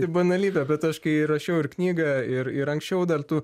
ir banalybė bet aš kai rašiau ir knygą ir ir anksčiau dar tų